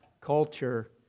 culture